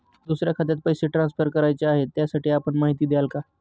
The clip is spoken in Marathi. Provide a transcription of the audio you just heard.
दुसऱ्या खात्यात पैसे ट्रान्सफर करायचे आहेत, त्यासाठी आपण माहिती द्याल का?